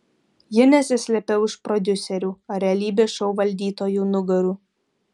ji nesislėpė už prodiuserių ar realybės šou valdytojų nugarų